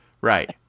Right